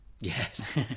Yes